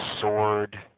sword